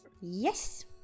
Yes